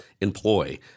employ